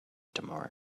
tomorrow